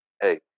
hey